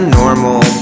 normal